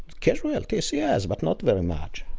casualties yes, but not very much.